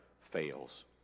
fails